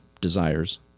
desires